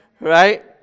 right